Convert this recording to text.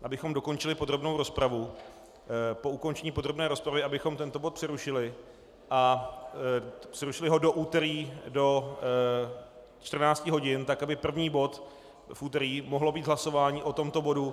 Abychom dokončili podrobnou rozpravu, po ukončení podrobné rozpravy abychom tento bod přerušili a přerušili ho do úterý do 14 hodin tak, aby první bod v úterý mohlo být hlasování o tomto bodu.